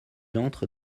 entre